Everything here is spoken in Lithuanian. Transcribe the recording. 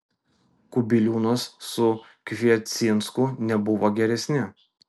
kubiliūnas su kviecinsku nebuvo geresni